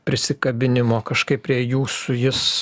prisikabinimo kažkaip prie jūsų jis